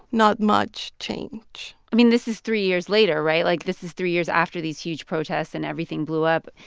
not much change i mean, this is three years later. right? like, this is three years after these huge protests and everything blew up.